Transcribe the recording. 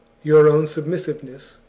your own submissiveness,